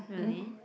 really